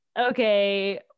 okay